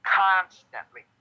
constantly